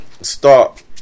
start